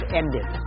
ended